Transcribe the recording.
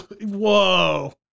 Whoa